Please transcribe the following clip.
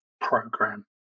program